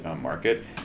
market